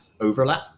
overlap